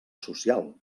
social